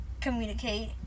communicate